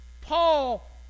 Paul